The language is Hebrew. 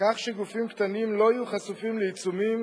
כך שגופים קטנים לא יהיו חשופים לעיצומים